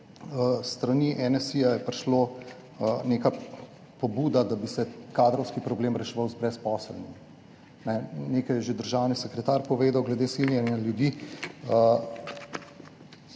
S strani NSi je prišla neka pobuda, da bi se kadrovski problem reševal z brezposelnimi. Nekaj je že državni sekretar povedal glede siljenja ljudi.